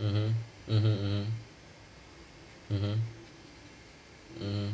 mmhmm mmhmm mmhmm mmhmm mmhmm